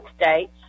states